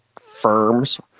firms